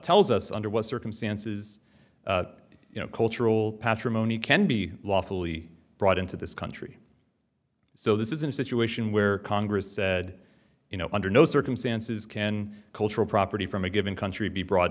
tells us under what circumstances you know cultural patrimony can be lawfully brought into this country so this isn't a situation where congress said you know under no circumstances can cultural property from a given country be brought